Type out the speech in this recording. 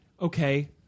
okay